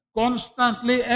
constantly